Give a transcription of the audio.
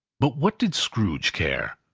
but what did scrooge care!